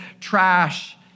trash